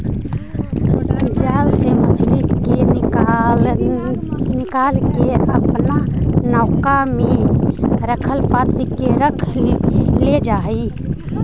जाल से मछली के निकालके अपना नौका में रखल पात्र में रख लेल जा हई